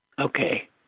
Okay